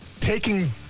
taking